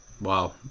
Wow